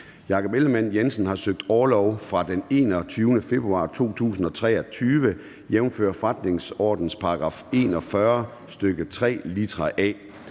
Jakob Ellemann-Jensen (V) har søgt om orlov fra den 21. februar 2023, jævnfør forretningsordenens § 41, stk. 3, litra